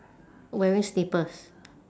wearing slippers